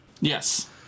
Yes